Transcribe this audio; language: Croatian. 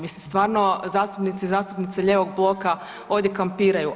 Mislim stvarno zastupnici i zastupnice lijevog bloka ovdje kampiraju.